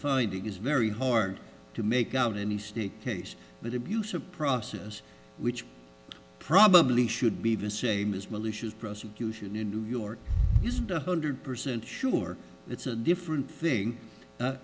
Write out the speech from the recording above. finding is very hard to make out any state case but abuse of process which probably should be even same as malicious prosecution in new york is hundred percent sure it's a different thing